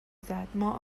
زدما